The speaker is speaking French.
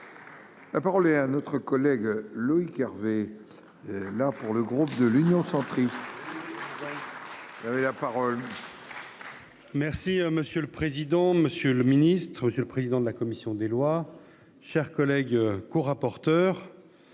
La parole est à un autre collègue Loïc Hervé là pour le groupe de l'Union centriste. Merci monsieur le président, Monsieur le Ministre, Monsieur le président de la commission des lois, chers collègues, co-rapporteur